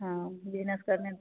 हाँ बिजनेस करने